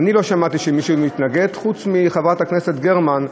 אני לא שמעתי שמישהו מתנגד, חוץ מחברת הכנסת גרמן,